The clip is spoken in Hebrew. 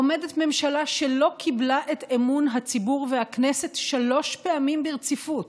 עומדת ממשלה שלא קיבלה את אמון הציבור והכנסת שלוש פעמים ברציפות,